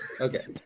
Okay